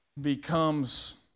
becomes